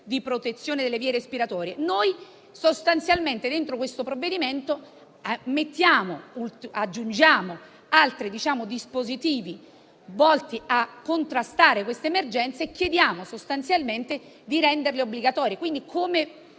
di protezione delle vie respiratorie: sostanzialmente dentro il provvedimento aggiungiamo altri dispositivi volti a contrastare questa emergenza e chiediamo di renderli obbligatori.